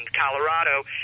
colorado